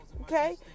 Okay